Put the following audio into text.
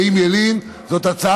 אז אני רוצה רק